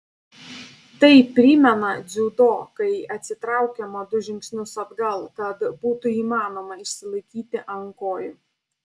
tai primena dziudo kai atsitraukiama du žingsnius atgal kad būtų įmanoma išsilaikyti ant kojų